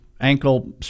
ankle